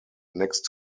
next